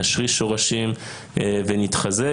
נשריש שורשים ונתחזק,